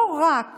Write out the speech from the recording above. לא רק